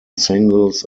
singles